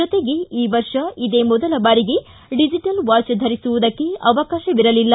ಜೊತೆಗೆ ಈ ವರ್ಷ ಇದೇ ಮೊದಲ ಬಾರಿಗೆ ಡಿಜಿಟಲ್ ವಾಚ್ ಧರಿಸುವುದಕ್ಕೆ ಅವಕಾಶವಿರಲಿಲ್ಲ